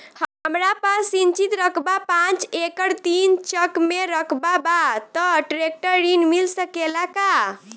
हमरा पास सिंचित रकबा पांच एकड़ तीन चक में रकबा बा त ट्रेक्टर ऋण मिल सकेला का?